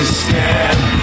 scared